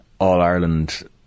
all-Ireland